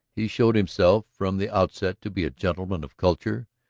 he showed himself from the outset to be a gentleman of culture,